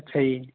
ਅੱਛਾ ਜੀ